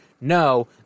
No